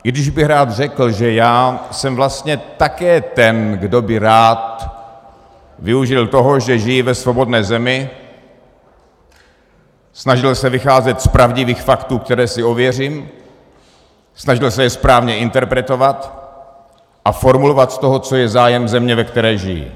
I když bych rád řekl, že já jsem vlastně také ten, kdo by rád využil toho, že žije ve svobodné zemi, snažil se vycházet z pravdivých faktů, které si ověřím, snažil se je správně interpretovat a formulovat z toho, co je zájem země, ve které žiji.